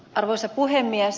arvoisa puhemies